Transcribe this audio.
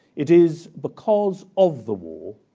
it is because of the war